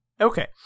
okay